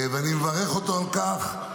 אני מברך אותו על כך,